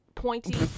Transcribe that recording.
pointy